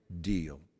deal